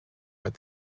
but